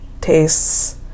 tastes